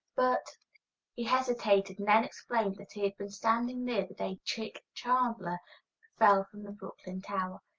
but he hesitated, and then explained that he had been standing near the day chick chandler fell from the brooklyn tower.